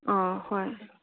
ꯑꯥ ꯍꯣꯏ